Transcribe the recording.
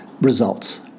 results